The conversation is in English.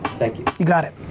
thank you. you got it.